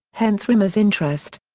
hence rimmer's interest.